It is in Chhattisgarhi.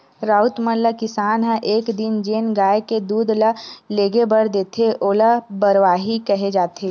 राउत मन ल किसान ह एक दिन जेन गाय के दूद ल लेगे बर देथे ओला बरवाही केहे जाथे